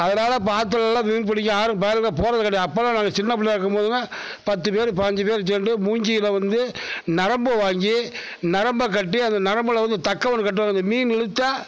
அதனால் இப்போ ஆற்றுலலா மீன் பிடிக்க யாரும் பயலுங்க போகிறது கிடையாது அப்போல்லா நாங்கள் சின்ன பிள்ளையா இருக்கும் போதெல்லாம் பத்து பேர் பையஞ்சி பேர் சேர்ந்து மூங்கீலை வந்து நரம்பு வாங்கி நரம்பை கட்டி அந்த நரம்பில் வந்து தக்கை நூல் கட்டுவாங்க இந்த மீன் இழுத்தால்